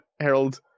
Harold